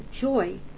joy